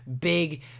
big